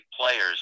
players